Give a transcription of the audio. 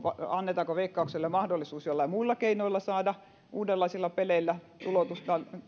annetaanko veikkaukselle jollain muilla keinoilla uudenlaisilla peleillä saada